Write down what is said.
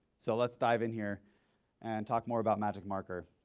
so let's dive in here and talk more about magicmarker.